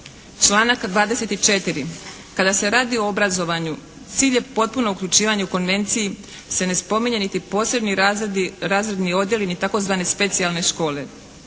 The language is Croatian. Članak 24. Kada se radi o obrazovanju cilj je potpuno uključivanje u Konvenciji se ne spominju ni posebni razredi, razredni odjeli ni tzv. specijalne škole.